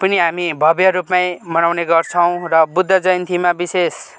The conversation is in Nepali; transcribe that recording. पनि हामी भव्य रूपमै मनाउने गर्छौँ र बुद्ध जयन्तीमा विशेष